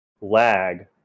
lag